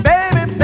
Baby